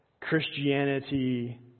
Christianity